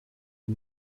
die